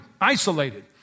isolated